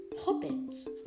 Hobbits